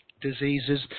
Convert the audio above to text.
diseases